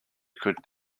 could